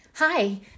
Hi